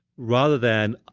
rather than,